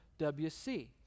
WC